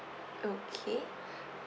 okay